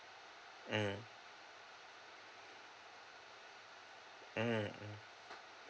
mm mm mm